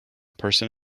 person